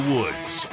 Woods